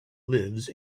lives